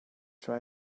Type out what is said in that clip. try